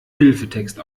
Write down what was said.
hilfetext